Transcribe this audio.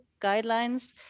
guidelines